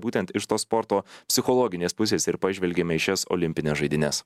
būtent iš tos sporto psichologinės pusės ir pažvelgėme į šias olimpines žaidynes